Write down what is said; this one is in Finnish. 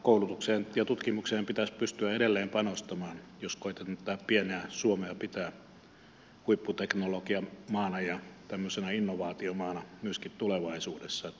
koulutukseen ja tutkimukseen pitäisi pystyä edelleen panostamaan jos koetetaan tätä pientä suomea pitää huipputeknologiamaana ja tämmöisenä innovaatiomaana myöskin tulevaisuudessa